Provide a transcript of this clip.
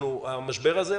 המשבר הזה,